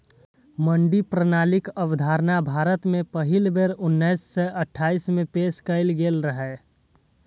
मंडी प्रणालीक अवधारणा भारत मे पहिल बेर उन्नैस सय अट्ठाइस मे पेश कैल गेल रहै